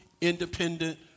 independent